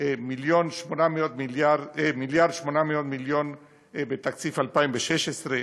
מיליארד ו-800 מיליון בתקציב 2016,